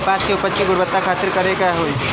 कपास के उपज की गुणवत्ता खातिर का करेके होई?